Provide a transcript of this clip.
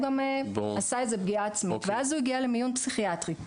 גם עשה איזה פגיעה עצמית ואז הוא הגיע למיון פסיכיאטרי,